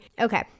okay